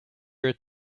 her